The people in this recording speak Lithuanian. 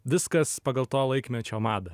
viskas pagal to laikmečio madą